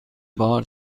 بار